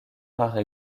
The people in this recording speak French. rare